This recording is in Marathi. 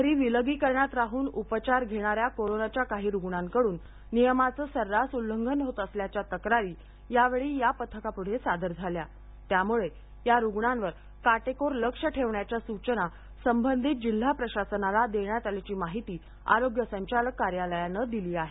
घरी विलगीकरणात राहून उपचार घेणाऱ्या कोरोनाच्या काही रुग्णांकडून नियमांचं सर्रास उल्लंघन होत असल्याच्या तक्रारी यावेळी या पथकापुढं सादर झाल्या त्यामुळे या रुग्णांवर काटेकोर लक्ष ठेवण्याच्या सूचना संबंधित जिल्हा प्रशासनाला देण्यात आल्याची माहिती आरोग्य संचालक कार्यालयानं दिली आहे